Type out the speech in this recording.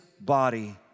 body